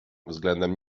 względem